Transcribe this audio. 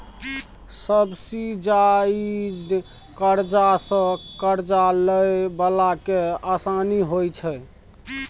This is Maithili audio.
सब्सिजाइज्ड करजा सँ करजा लए बला केँ आसानी होइ छै